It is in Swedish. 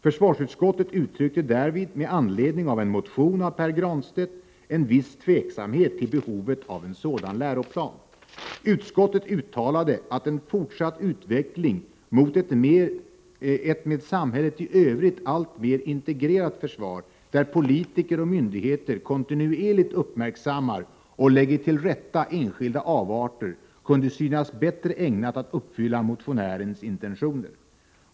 Försvarsutskottet uttryckte därvid, med anledning av en motion av Pär Granstedt, en viss tveksamhet till behovet av en sådan läroplan. Utskottet uttalade att en fortsatt utveckling mot ett med samhället i övrigt alltmer integrerat försvar, där politiker och myndigheter kontinuerligt uppmärksammar och lägger till rätta enskilda avarter, kunde synas bättre ägnat att uppfylla motionärens intentioner.